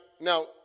now